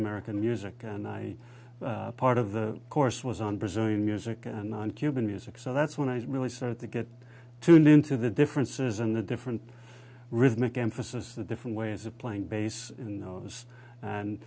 american music and i part of the course was on brazilian music and on cuban music so that's when i really started to get tuned into the differences in the different rhythmic emphasis the different ways of playing bass